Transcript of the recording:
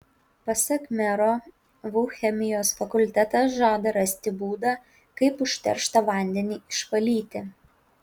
pasak mero vu chemijos fakultetas žada rasti būdą kaip užterštą vandenį išvalyti